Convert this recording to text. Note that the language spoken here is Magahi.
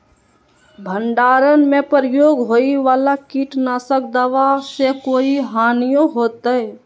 भंडारण में प्रयोग होए वाला किट नाशक दवा से कोई हानियों होतै?